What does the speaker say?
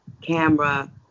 camera